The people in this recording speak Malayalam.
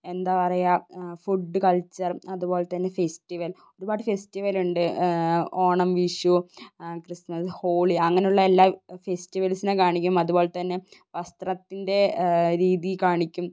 എന്താ പറയുക ഫുഡ്ഡ് കൾച്ചർ അതുപോലെത്തന്നെ ഫെസ്റ്റിവൽ ഒരുപാട് ഫെസ്റ്റിവൽ ഉണ്ട് ഓണം വിഷു ക്രിസ്തുമസ് ഹോളി അങ്ങനെ ഉള്ള എല്ലാ ഫെസ്റ്റിവൽസിനെ കാണിക്കും അതുപോൽത്തന്നെ വസ്ത്രത്തിന്റെ രീതി കാണിക്കും